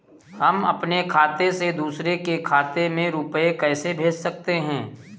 हम अपने खाते से दूसरे के खाते में रुपये कैसे भेज सकते हैं?